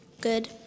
good